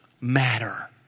matter